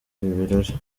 birori